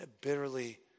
bitterly